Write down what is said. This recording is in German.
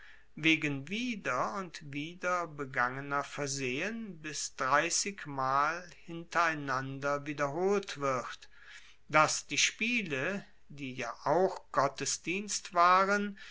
wegen wieder und wieder begangener versehen bis dreissigmal hintereinander wiederholt wird dass die spiele die ja auch gottesdienst waren